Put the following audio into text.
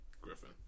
Griffin